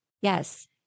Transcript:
Yes